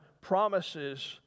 promises